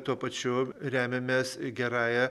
tuo pačiu remiamės gerąja